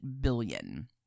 billion